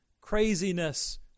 Craziness